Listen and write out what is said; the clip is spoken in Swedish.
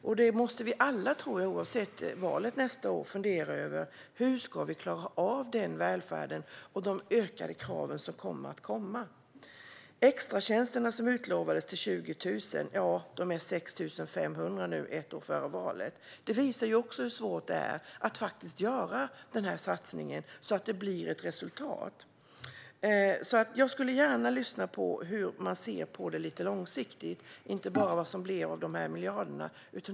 Oavsett valet nästa år tror jag att vi alla måste fundera över hur vi ska klara av välfärden och de ökade krav som kommer att ställas. Det utlovades 20 000 extratjänster. Nu, ett år före valet, är de 6 500. Det visar också hur svårt det är att faktiskt göra denna satsning så att det blir ett resultat. Jag skulle gärna vilja få veta hur man ser på detta lite långsiktigt, inte bara vad som blir av dessa miljarder.